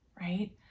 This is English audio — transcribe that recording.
right